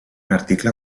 article